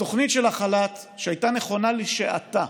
התוכנית של החל"ת, שהייתה נכונה לשעתה,